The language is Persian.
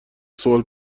سوال